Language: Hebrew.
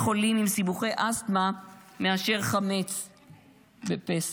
חולים עם סיבוכי אסתמה מאשר חמץ בפסח.